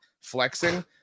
flexing